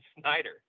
Snyder